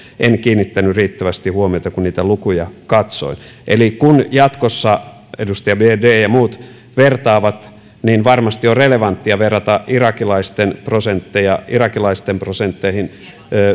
en kiinnittänyt riittävästi huomiota kun niitä lukuja katsoin eli kun jatkossa edustaja biaudet ja muut vertaavat niin varmasti on relevanttia verrata irakilaisten prosentteja irakilaisten prosentteihin